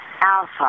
alpha